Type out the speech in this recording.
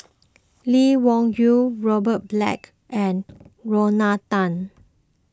Lee Wung Yew Robert Black and Lorna Tan